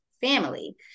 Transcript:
family